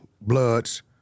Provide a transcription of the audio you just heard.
Bloods